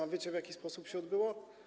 A wiecie, w jaki sposób się odbyło?